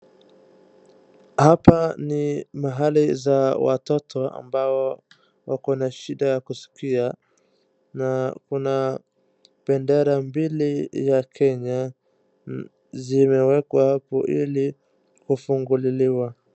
Hapa ni mahali za watoto ambao wako na shida ya kusikia na kuna bendera mbili ya Kenya zimewekwa hapo ili kufunguliwa.